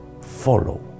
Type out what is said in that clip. follow